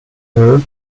her